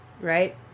right